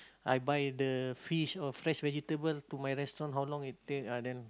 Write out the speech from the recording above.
I buy the fish or fresh vegetable to my restaurant how long it take ah then